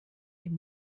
den